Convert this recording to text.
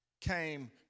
came